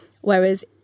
whereas